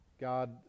God